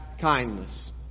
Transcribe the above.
kindness